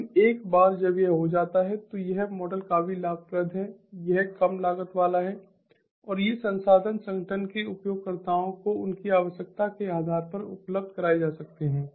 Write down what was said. लेकिन एक बार जब यह हो जाता है तो यह मॉडल काफी लाभप्रद है यह कम लागत वाला है और ये संसाधन संगठन के उपयोगकर्ताओं को उनकी आवश्यकता के आधार पर उपलब्ध कराए जा सकते हैं